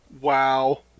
Wow